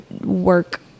work